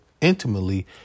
intimately